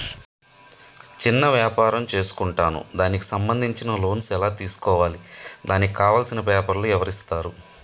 చిన్న వ్యాపారం చేసుకుంటాను దానికి సంబంధించిన లోన్స్ ఎలా తెలుసుకోవాలి దానికి కావాల్సిన పేపర్లు ఎవరిస్తారు?